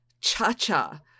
Cha-Cha